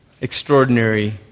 extraordinary